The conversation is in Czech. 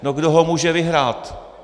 No, kdo ho může vyhrát?